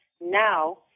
Now